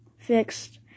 Fixed